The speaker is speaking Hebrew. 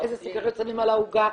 איזה סוכריות שמים על העוגה,